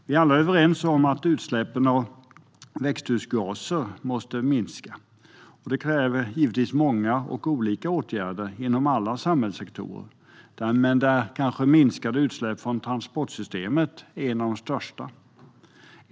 Vi är alla överens om att utsläppen av växthusgaser måste minska. Det kräver givetvis många och olika åtgärder inom alla samhällssektorer, men minskade utsläpp från transportsystemet är kanske en av de största.